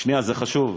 שנייה, זה חשוב.